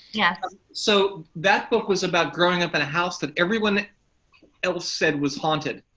yeah ah so that book was about growing up in a house that everyone else said was haunted.